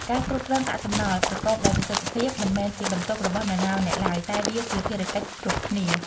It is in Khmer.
ការគ្រប់គ្រងកាកសំណល់ប្រកបដោយប្រសិទ្ធភាព មិនមែនជាបន្ទុករបស់នរណាម្នាក់ឡើយ តែវាជាភារៈកិច្ចគ្រប់គ្នា។